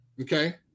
Okay